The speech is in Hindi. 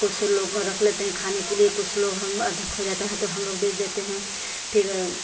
कुछ लोग रख लेते हैं खाने के लिए कुछ लोग हम अधिक हो जाता है तो हम लोग बेच देते हैं फिर